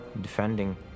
defending